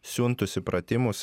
siuntusi pratimus